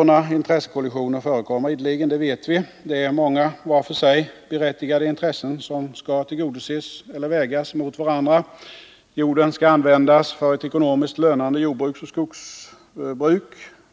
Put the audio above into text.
Att sådana förekommer ideligen vet vi. Det är många vart för sig berättigade intressen som skall tillgodoses eller vägas mot varandra. Jorden skall användas för en ekonomiskt lönande jordbruksoch skogsdrift.